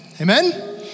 amen